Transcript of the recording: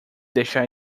deixar